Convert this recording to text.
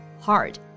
hard